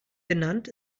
benannt